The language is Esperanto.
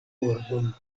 pordon